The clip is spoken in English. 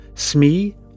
Smee